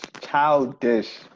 Childish